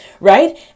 right